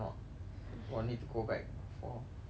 !wah! need to go back for service